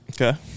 Okay